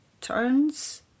turns